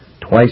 twice